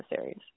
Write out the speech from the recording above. series